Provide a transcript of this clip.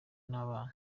n’abana